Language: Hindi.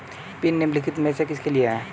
पिन निम्नलिखित में से किसके लिए है?